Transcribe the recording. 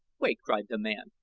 wait! cried the man.